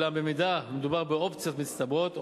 אולם אם מדובר באופציות מצטברות,